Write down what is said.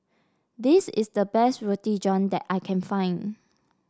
this is the best Roti John that I can find